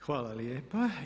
Hvala lijepa.